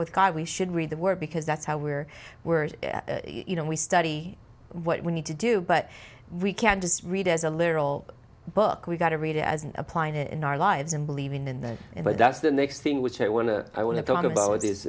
with god we should read the word because that's how we're we're you know we study what we need to do but we can't just read as a literal book we got to read it as applying it in our lives and believing in them but that's the next thing which i want to i want to talk about is